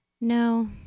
No